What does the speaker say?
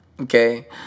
okay